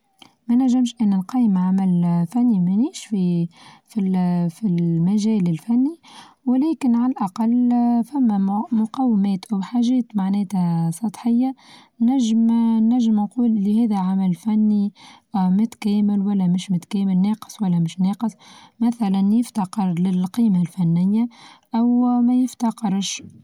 منچمش إنى نقيم عمل فني مليش في-في المجال الفني ولكن على الأقل فاهما-ما مقومات وحاچات معناتها سطحية، نچم-نچم أقول لهذا عمل فني متكامل ولا مش متكامل ناقص ولا مش ناقص مثلا يفتقر للقيمة الفنية أو ما يفتقرش.